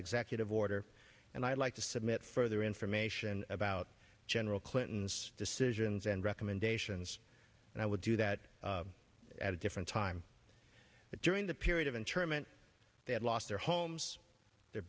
executive order and i'd like to submit further information about general clinton's decisions and recommendations and i would do that at a different time but during the period of internment they had lost their homes their